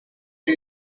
you